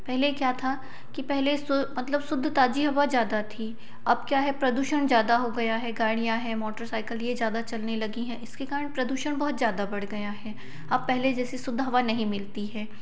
पहले क्या था कि पहले सु मतलब शुद्ध ताज़ी हवा ज़्यादा थी अब क्या है प्रदूषण ज़्यादा हो गया है गाड़ियाँ हैं मोटरसाइकल यह ज़्यादा चलने लगी हैं इसके कारण प्रदूषण बहुत ज़्यादा बढ़ गया है अब पहले जैसे शुद्ध हवा नहीं मिलती है